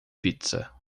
pizza